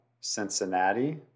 Cincinnati